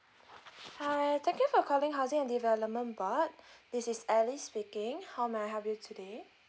hi thank you for calling housing and development board this is alice speaking how may I help you today